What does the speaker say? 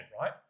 right